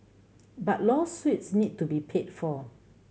but lawsuits need to be paid for